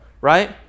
right